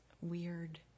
weird